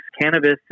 cannabis